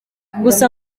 gusa